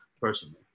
personally